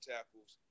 Tackles